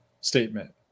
statement